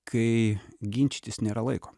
kai ginčytis nėra laiko